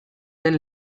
den